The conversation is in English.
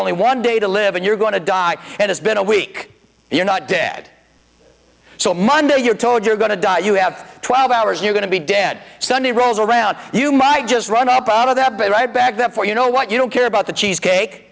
only one day to live and you're going to die and it's been a week you're not dead so monday you're told you're going to die you have twelve hours you're going to be dead sunday rolls around you might just run up out of that but right back therefore you know what you don't care about the cheesecake